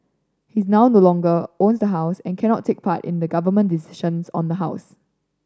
his now no longer own the house and can not take part in the Government decisions on the house